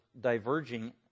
diverging